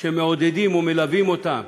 שמעודדים ומלווים אותם